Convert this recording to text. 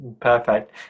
Perfect